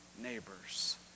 neighbors